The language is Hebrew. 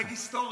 הישג היסטורי.